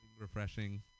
refreshing